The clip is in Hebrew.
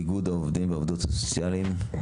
איגוד העובדות והעובדים הסוציאליים.